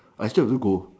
I still have to go